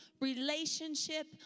relationship